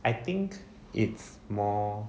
I think it's more